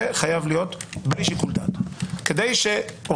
זה חייב להיות בלי שיקול דעת כדי שעורך